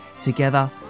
Together